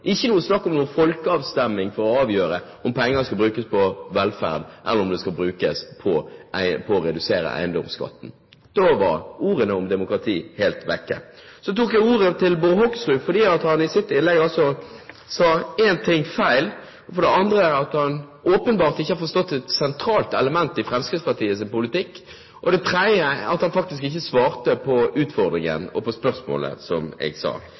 ikke noe snakk om folkeavstemning for å avgjøre om pengene skulle brukes på velferd, eller om de skulle brukes til å redusere eiendomsskatten. Da var ordene om demokrati helt borte. Jeg tok ordet for det første fordi Bård Hoksrud i sitt innlegg sa noe som er feil, for det andre fordi han åpenbart ikke har forstått et sentralt element i Fremskrittspartiets politikk, og for det tredje fordi han ikke svarte på utfordringen og på spørsmålet fra meg. Det som var feil i det han sa,